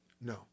No